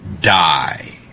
die